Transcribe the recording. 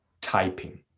typing